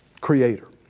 Creator